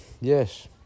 yes